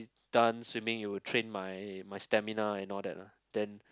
done swimming it will train my my stamina and all that lah then